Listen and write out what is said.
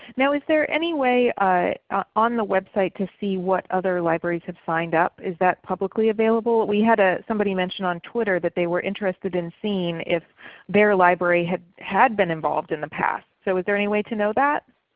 now is there anyway ah on the website to see what other libraries have signed up? is that publicly available? we had ah somebody mention on twitter that they were interested in seeing if their library had had been involved in the past. so is there any way to know that?